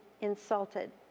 insulted